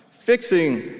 fixing